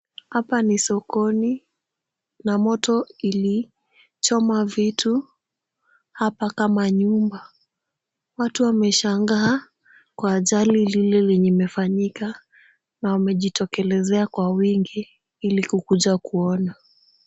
Hapa ni sokoni na moto ilichoma vitu hapa kama nyumba. Watu wameshngaa kwa ajali lile lenye limefanyika na wamejitokelezea kwa wingi ili kukuja kuona.